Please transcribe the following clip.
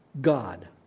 God